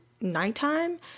nighttime